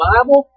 Bible